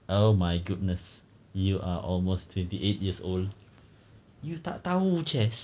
oh my goodness you're almost twenty eight years old you tak tahu chess